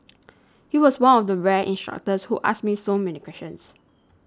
he was one of the rare instructors who asked me so many questions